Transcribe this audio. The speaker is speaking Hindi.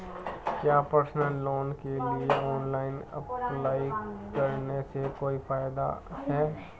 क्या पर्सनल लोन के लिए ऑनलाइन अप्लाई करने से कोई फायदा है?